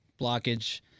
blockage